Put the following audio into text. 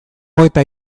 eta